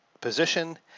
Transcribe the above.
position